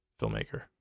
filmmaker